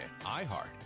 iHeart